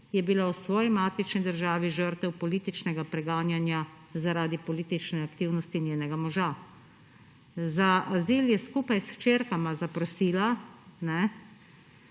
je bila v svoji matični državi žrtev političnega preganjanja zaradi politične aktivnosti njenega moža. Za azil je skupaj s hčerkama zaprosila,